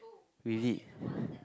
really